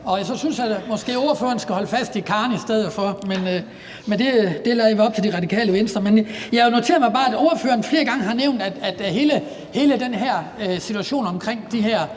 at han synes, at ordføreren måske skulle holde fast i Karen i stedet for. Men det vil jeg lade være op til Radikale Venstre. Jeg noterer mig bare, at ordføreren flere gange har nævnt, at hele den her situation omkring de her